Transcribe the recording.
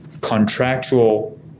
contractual